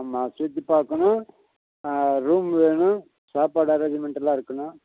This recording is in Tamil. ஆமாம் சுற்றி பார்க்கணும் ரூம் வேணும் சாப்பாடு அரேஞ்சுமெண்டெலாம் இருக்கணும்